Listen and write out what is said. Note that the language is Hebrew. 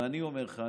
ואני אומר לך,